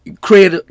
create